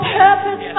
purpose